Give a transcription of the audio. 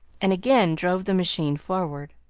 and again drove the machine forward.